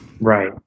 Right